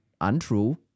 untrue